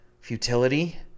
futility